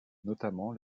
notamment